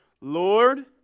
Lord